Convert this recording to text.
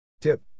Tip